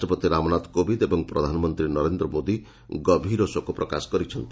ରାଷ୍ଟ୍ରପତି ରାମନାଥ କୋବିନ୍ଦ ଏବଂ ପ୍ରଧାନମନ୍ତ୍ରୀ ନରେନ୍ଦ୍ର ମୋଦି ଗଭୀର ଶୋକ ପ୍ରକାଶ କରିଛନ୍ତି